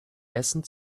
essen